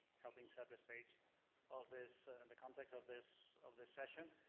helping set the stage of this, in the context of this of this session.